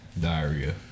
diarrhea